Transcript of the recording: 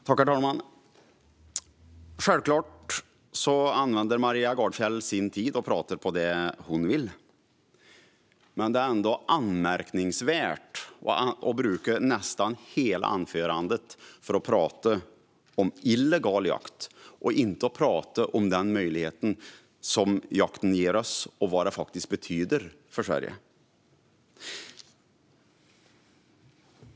Herr talman! Självklart använder Maria Gardfjell sin tid att tala om det hon vill. Men det är ändå anmärkningsvärt att bruka nästan hela anförandet för att tala om illegal jakt och inte om den möjlighet som jakten ger oss och vad den faktiskt betyder för Sverige.